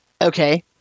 Okay